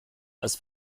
als